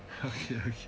okay okay